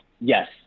Yes